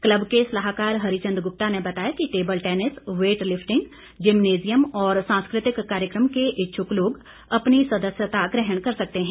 club के सलाहकार हरिचंद गुप्ता ने बताया कि table tennis weight lifting gymnasium और सांस्कृतिक कार्यक्रम के इच्छुक लोग अपनी सदस्यता ग्रहण कर सकते हैं